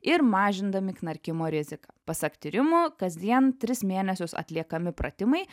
ir mažindami knarkimo riziką pasak tyrimų kasdien tris mėnesius atliekami pratimai